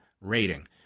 rating